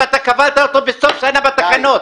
ואתה כבלת אותו בסוף שנה בתקנות.